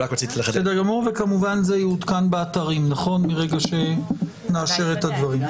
כמובן זה יעודכן באתרים מרגע שנאשר הכול.